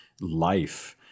life